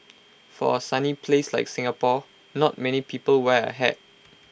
for A sunny place like Singapore not many people wear A hat